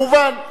התוצאות,